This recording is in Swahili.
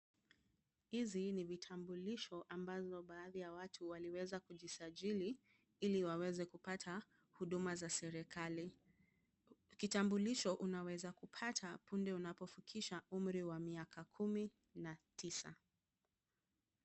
Hizi ni vitambulisho ambazo baadhi ya watu waliweza kujisajili, ili waweze kupata huduma za serikali. Kitambulisho unaweza kupata punde unapofikisha umri wa miaka kumi na tisa.